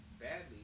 badly